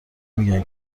میگن